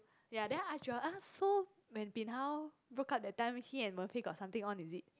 ya then I ask Joel ah so when bin hao broke up that time he and Wen Fei got something on is it